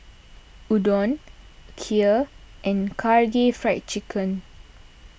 Udon Kheer and Karaage Fried Chicken